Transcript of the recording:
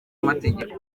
amategeko